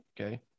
Okay